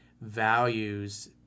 values